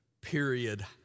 period